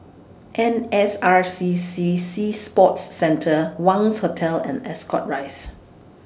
N S R C C Sea Sports Centre Wangz Hotel and Ascot Rise